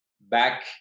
back